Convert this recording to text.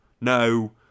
No